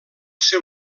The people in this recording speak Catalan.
seu